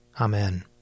Amen